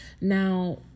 now